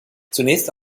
zunächst